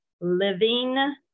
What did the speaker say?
living